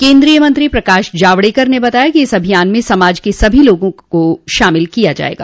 केन्द्रीय मंत्री प्रकाश जावडेकर ने बताया कि इस अभियान में समाज के सभी वर्ग के लोगों को शामिल किया जायेगा